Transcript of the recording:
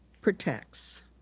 protects